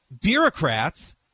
bureaucrats